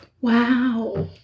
Wow